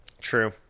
True